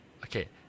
okay